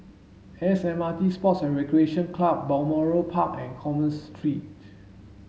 S M R T Sports and Recreation Club Balmoral Park and Commerce Street